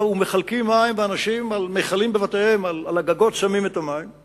ומחלקים מים לאנשים במכלים לבתיהם ושמים את המים על הגגות.